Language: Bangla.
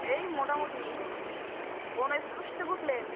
এই মোটামুটি কোন স্টপেজ থেকে উঠলেন